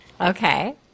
Okay